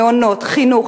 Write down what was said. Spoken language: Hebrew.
מעונות וחינוך,